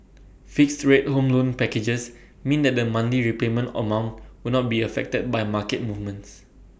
fixed rate home loan packages means that the monthly repayment amount will not be affected by market movements